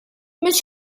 mhix